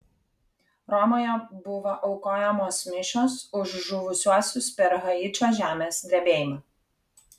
romoje buvo aukojamos mišios už žuvusiuosius per haičio žemės drebėjimą